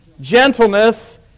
gentleness